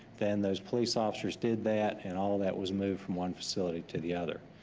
then those police officers did that and all of that was moved from one facility to the other.